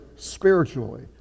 Spiritually